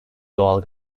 doğal